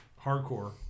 hardcore